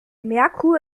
merkur